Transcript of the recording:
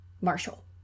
Marshall